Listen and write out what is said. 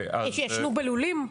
ישנו בלולים?